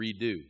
redo